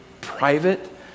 private